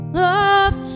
love